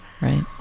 Right